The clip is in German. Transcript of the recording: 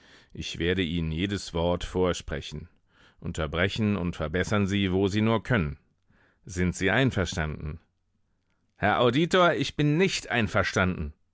ich werde ihnen jedes wort vorsprechen unterbrechen und verbessern sie wo sie nur können sind sie einverstanden herr auditor ich bin nicht einverstanden